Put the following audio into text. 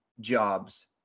jobs